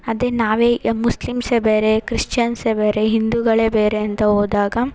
ಅದೇ ನಾವೇ ಮುಸ್ಲಿಮ್ಸೇ ಬೇರೇ ಕ್ರಿಶ್ಚಿಯನ್ಸೇ ಬೇರೆ ಹಿಂದುಗಳೇ ಬೇರೆ ಅಂತ ಹೋದಾಗ